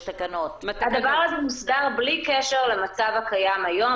הדבר הזה מוסדר בלי קשר למצב הקיים היום,